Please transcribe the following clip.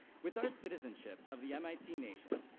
with our citizenship of the mit nation,